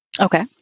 Okay